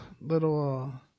little